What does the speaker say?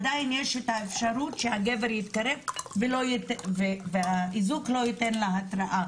עדיין יש את האפשרות שהגבר יתקרב והאיזוק לא ייתן לה התראה,